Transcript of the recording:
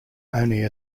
only